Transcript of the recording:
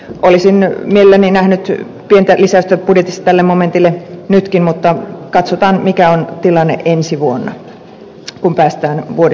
olisin mielelläni nähnyt pientä lisäystä budjetissa tälle momentille nytkin mutta katsotaan mikä on tilanne ensi vuonna kun päästään vuodessa liikkeelle